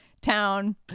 Town